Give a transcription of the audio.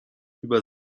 über